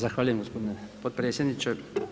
Zahvaljujem gospodine potpredsjedniče.